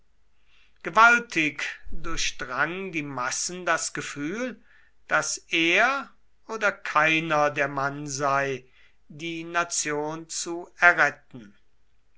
gewaltig durchdrang die massen das gefühl daß er oder keiner der mann sei die nation zu erretten